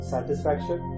Satisfaction